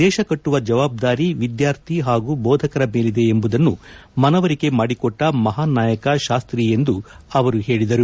ದೇಶ ಕಟ್ಟುವ ಜವಾಬ್ಧಾರಿ ವಿದ್ಯಾರ್ಥಿ ಹಾಗೂ ಬೋಧಕರ ಮೇಲಿದೆ ಎಂಬುದನ್ನು ಮನವರಿಕೆ ಮಾಡಿಕೊಟ್ಟ ಮಹಾನ್ ನಾಯಕ ಶಾಸ್ತಿ ಎಂದು ಅವರು ಹೇಳಿದರು